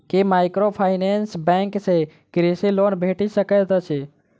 की microfinance bank सँ कृषि loan भेटि सकैत अछि?